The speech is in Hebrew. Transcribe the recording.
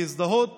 להזדהות